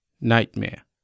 Nightmare